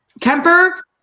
Kemper